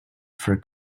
for